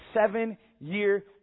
seven-year